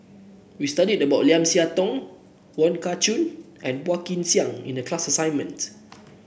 we studied about Lim Siah Tong Wong Kah Chun and Phua Kin Siang in the class assignment